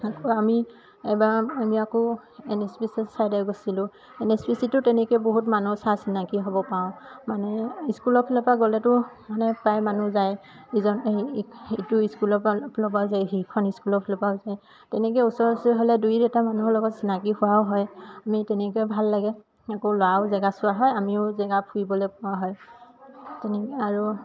আকৌ আমি এবাৰ আমি আকৌ এন এইছ পি চি ছাইডলে গৈছিলোঁ এন এইছ পি চিটো তেনেকে বহুত মানুহ চা চিনাকি হ'ব পাওঁ মানে স্কুলৰ ফালৰপা গ'লেতো মানে প্ৰায় মানুহ যায় ইজন এই ইটো স্কুলৰ ফালৰ পৰা যায় সিখন স্কুলৰ ফালৰ পৰা যায় তেনেকে ওচৰ ওচৰ হ'লে দুই এটা মানুহৰ লগত চিনাকি হোৱাও হয় আমি তেনেকে ভাল লাগে আকৌ ল'ৰাও জেগা চোৱা হয় আমিও জেগা ফুৰিবলে পোৱা হয় তেনে আৰু